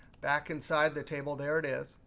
back inside the table, there it is.